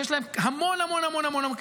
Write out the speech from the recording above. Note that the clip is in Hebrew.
שיש להם המון המון כסף,